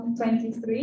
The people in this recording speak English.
23